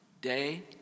day